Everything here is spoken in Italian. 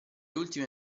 ultime